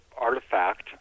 artifact